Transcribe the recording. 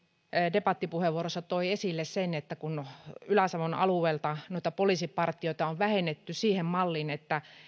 debattipuheenvuorossaan toi esille sen että ylä savon alueelta noita poliisipartioita on on vähennetty siihen malliin että